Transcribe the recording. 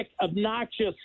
obnoxious